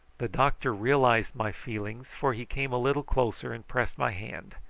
the doctor realised my feelings, for he came a little closer and pressed my hand.